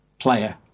player